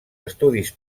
estudis